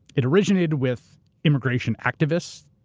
it originated with immigration activists,